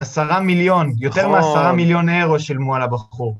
עשרה מיליון, יותר מעשרה מיליון אירו שילמו על הבחור.